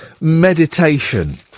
meditation